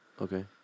Okay